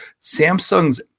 Samsung's